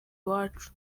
iwacu